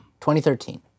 2013